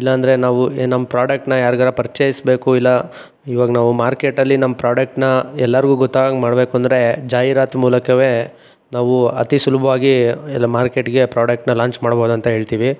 ಇಲ್ಲಾಂದರೆ ನಾವು ಏ ನಮ್ಮ ಪ್ರೋಡಕ್ಟನ್ನ ಯಾರ್ಗಾರೂ ಪರಿಚಯಿಸ್ಬೇಕು ಇಲ್ಲ ಇವಾಗ ನಾವು ಮಾರ್ಕೆಟಲ್ಲಿ ನಮ್ಮ ಪ್ರೋಡಕ್ಟನ್ನ ಎಲ್ಲಾರಿಗೂ ಗೊತ್ತಾಗಂಗೆ ಮಾಡಬೇಕು ಅಂದರೆ ಜಾಹೀರಾತು ಮೂಲಕವೇ ನಾವು ಅತಿ ಸುಲಭವಾಗಿ ಎಲ್ಲ ಮಾರ್ಕೆಟ್ಗೆ ಪ್ರೋಡಕ್ಟನ್ನ ಲಾಂಚ್ ಮಾಡ್ಬೋದಂತ ಹೇಳ್ತಿವಿ